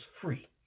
free